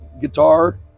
guitar